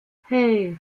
hei